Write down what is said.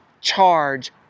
charge